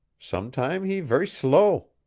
sometam' he ver' slow.